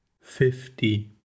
fifty